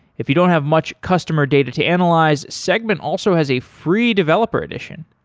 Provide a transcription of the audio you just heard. if you don't have much customer data to analyze, segment also has a free developer edition.